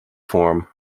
form